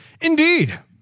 Indeed